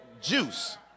juice